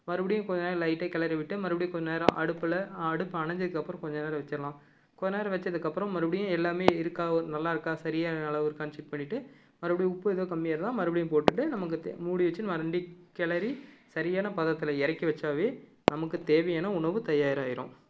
மறுபடியும் கொஞ்ச நேரம் லைட்டாக கிளறி விட்டு மறுபடியும் கொஞ்ச நேரம் அடுப்பில் அடுப்பு அணைஞ்சதுக்கு அப்புறம் கொஞ்ச நேரம் வச்சுட்லாம் கொஞ்ச நேரம் வைச்சதுக்கு அப்புறம் மறுபடியும் எல்லாமே இருக்கா ஒரு நல்லா இருக்கா சரியா அளவாக இருக்கான்னு செக் பண்ணிவிட்டு மறுபடி உப்பு எதுவும் கம்மியாக இருந்தால் மறுபடியும் போட்டுவிட்டு நமக்கு தே மூடி வச்சுட்டு கரண்டி கிளறி சரியான பதத்தில் இறக்கி வைச்சாவே நமக்கு தேவையான உணவு தயார் ஆகிரும்